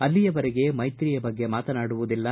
ಅಲ್ಲಿಯವರೆಗೆ ಮೈತ್ರಿಯ ಬಗ್ಗೆ ಮಾತನಾಡುವುದಿಲ್ಲ